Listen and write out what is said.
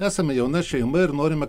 esame jauna šeima ir norime